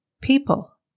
People